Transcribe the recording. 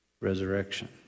resurrection